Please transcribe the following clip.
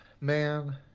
man